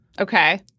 Okay